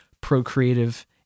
procreative